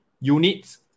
units